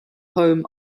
home